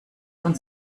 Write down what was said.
uns